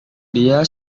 dia